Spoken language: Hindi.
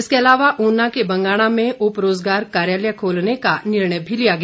इसके अलावा ऊना के बंगाणा में उपरोजगार कार्यालय खोलने का निर्णय भी लिया गया